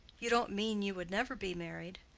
you don't mean you would never be married?